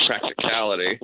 practicality